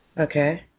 Okay